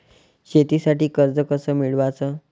शेतीसाठी कर्ज कस मिळवाच?